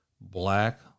black